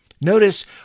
Notice